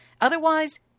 Otherwise